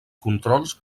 controls